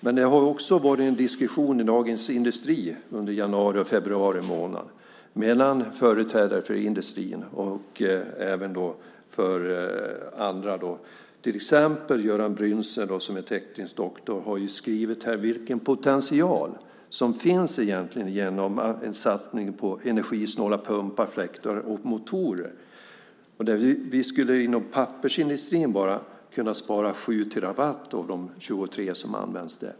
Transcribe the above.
Men det har ju också varit en diskussion i Dagens Industri under januari och februari mellan företrädare för industrin och andra. Till exempel har Göran Bryntse, som är teknisk doktor, skrivit om vilken potential som finns i en satsning på energisnåla pumpar, fläktar och motorer. Bara inom pappersindustrin skulle vi om vi satsade på detta kunna spara 7 terawatt av de 23 som används där.